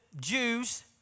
Jews